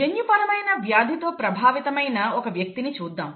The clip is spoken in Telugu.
జన్యుపరమైన వ్యాధితో ప్రభావితమైన ఒక వ్యక్తిని చూద్దాం